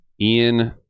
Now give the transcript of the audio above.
Ian